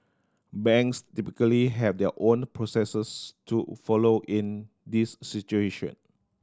banks typically have their own processes to follow in these situation